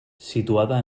situada